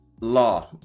law